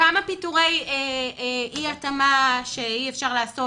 כמה פיטורי אי התאמה שאי אפשר לעשות.